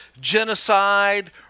genocide